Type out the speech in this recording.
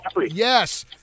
Yes